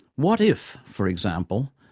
what if, for example,